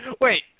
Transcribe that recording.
Wait